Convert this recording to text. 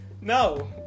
No